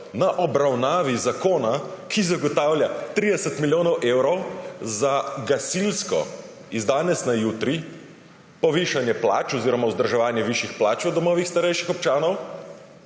na obravnavi zakona, ki zagotavlja 30 milijonov evrov za gasilsko, iz danes na jutri, povišanje plač oziroma vzdrževanje višjih plač v domovih starejših občanov,